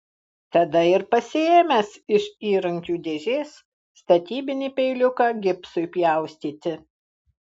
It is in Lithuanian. tada ir pasiėmęs iš įrankių dėžės statybinį peiliuką gipsui pjaustyti